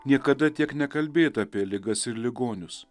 niekada tiek nekalbėta apie ligas ir ligonius